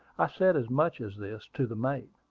i said as much as this to the mate.